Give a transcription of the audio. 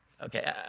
Okay